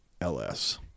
LS